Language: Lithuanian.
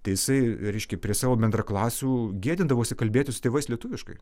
tai jisai reiškia prie savo bendraklasių gėdindavosi kalbėtis su tėvais lietuviškai